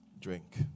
Drink